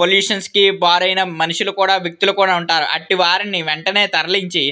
పొల్యూషన్స్కి బారైనా మనుషులు కూడా వ్యక్తులు కూడా ఉంటారు అట్టి వారిని వెంటనే తరలించి